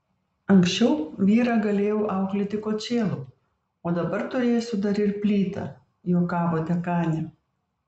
anksčiau vyrą galėjau auklėti kočėlu o dabar turėsiu dar ir plytą juokavo dekanė